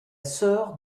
sœur